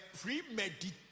premeditated